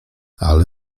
ale